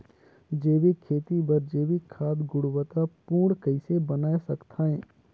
जैविक खेती बर जैविक खाद गुणवत्ता पूर्ण कइसे बनाय सकत हैं?